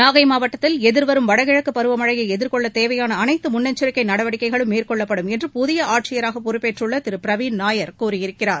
நாகை மாவட்டத்தில் எதிர்வரும் வடகிழக்கு பருவமழையை எதிர்கொள்ள தேவையான அனைத்து முன்னெச்சிக்கை நடவடிக்கைகளும் மேற்கொள்ளப்படும் என்று புதிய ஆட்சியராக பொறுப்பேற்றுள்ள திரு பிரவீன் நாயர் கூறியிருக்கிறார்